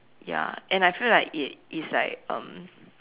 ya and I feel like it it's like um